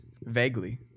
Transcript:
vaguely